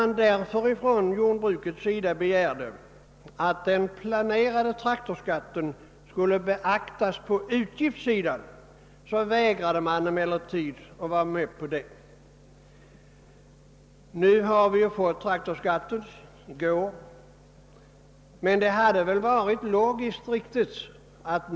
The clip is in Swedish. När jordbrukets företrädare begärde att den planerade traktorskatten skulle beaktas på utgiftssidan, vägrade man emellertid att vara med på det. I går fattade riksdagen beslut om traktorskatten.